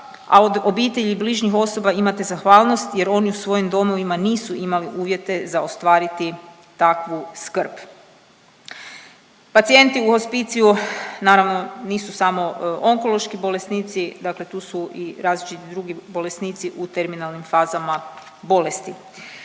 a od obitelji i bližnjih osoba imate zahvalnost jer oni u svojim domovima nisu imali uvjete za ostvariti takvu skrb. Pacijenti u hospiciju naravno nisu samo onkološki bolesnici, dakle tu su i različiti drugi bolesnici u terminalnim fazama bolesti.